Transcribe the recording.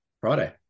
Friday